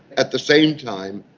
at the same time,